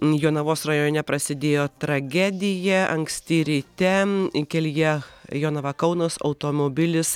jonavos rajone prasidėjo tragedija anksti ryte kelyje jonava kaunas automobilis